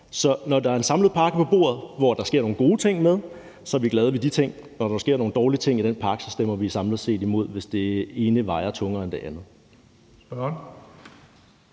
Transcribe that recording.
Så når der er en samlet pakke på bordet, hvor der sker nogle gode ting, er vi glade for de ting; når der sker nogle dårlige ting med den pakke, stemmer vi samlet set imod, hvis det ene vejer tungere end det andet.